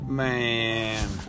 Man